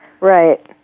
Right